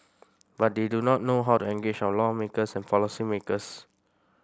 but they do not know how to engage our lawmakers and policymakers